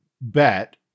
bet